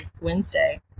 Wednesday